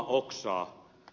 kysyn